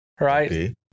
right